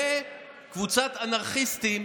וקבוצת אנרכיסטים